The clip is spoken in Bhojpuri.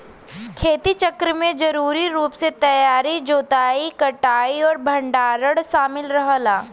खेती चक्र में जरूरी रूप से तैयारी जोताई कटाई और भंडारण शामिल रहला